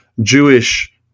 Jewish